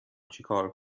چیکار